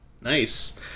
nice